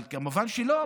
אבל מובן שלא.